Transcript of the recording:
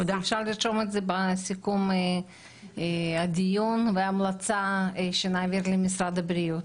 אפשר לרשום את זה בסיכום הדיון בהמלצה שנעביר למשרד הבריאות.